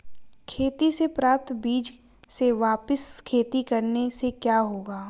खेती से प्राप्त बीज से वापिस खेती करने से क्या होगा?